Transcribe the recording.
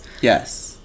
yes